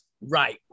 Right